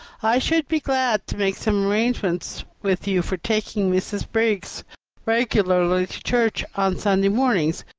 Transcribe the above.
i should be glad to make some arrangements with you for taking mrs. briggs regularly to church on sunday mornings.